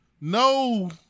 no